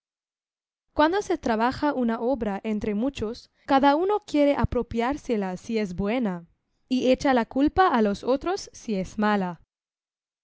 cuando se trabaja una obra entre muchos cada uno quiere apropiársela si es buena y echa la culpa a los otros si es mala